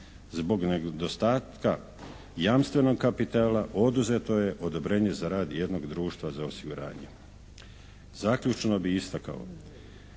Zbog nedostatka jamstvenog kapitala oduzeto je odobrenje za rad jednog društva za osiguranje. Zaključno bih istakao